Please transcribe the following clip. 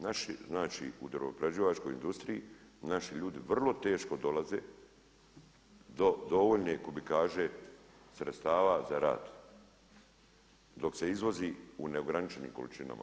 Naši znači u drvoprerađivačkoj industriji, naši ljudi vrlo teško dolaze do dovoljne kubikaže sredstva za rad dok se izvozi u neograničenim količinama.